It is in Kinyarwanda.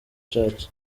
church